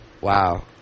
Wow